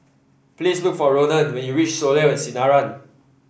please look for Ronan when you reach Soleil at Sinaran